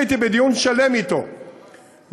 אני הייתי בדיון שלם אתו לקבוע,